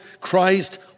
Christ